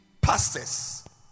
pastors